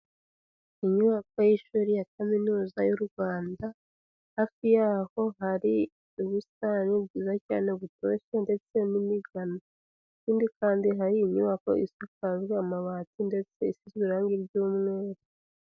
Inyubako y'ishuri ya Kaminuza y'u Rwanda, hafi yaho hari ubusitani bwiza cyane butoshye ndetse n'imigano, ikindi kandi hari inyubako isakajwe amabati ndetse isizwe irangi ry'umweru.